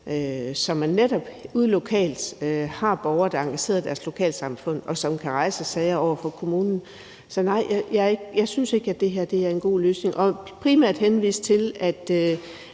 man netop ude lokalt har borgere, der er engagerede i deres lokalsamfund, og som kan rejse sager over for kommunen. Så nej, jeg synes ikke, at det her er en god løsning, og jeg vil primært henvise til, at